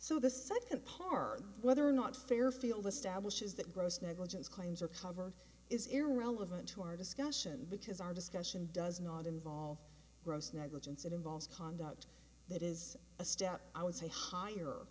so the second part whether or not fairfield establishes that gross negligence claims are covered is irrelevant to our discussion because our discussion does not involve gross negligence it involves conduct that is a step i would say higher